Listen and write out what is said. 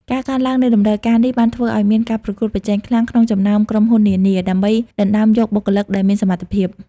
ការកើនឡើងនៃតម្រូវការនេះបានធ្វើឱ្យមានការប្រកួតប្រជែងខ្លាំងក្នុងចំណោមក្រុមហ៊ុននានា ដើម្បីដណ្តើមយកបុគ្គលិកដែលមានសមត្ថភាព ។